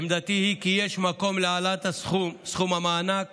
עמדתי היא כי יש מקום להעלאת סכום המענק